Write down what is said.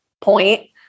point